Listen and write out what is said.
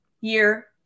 year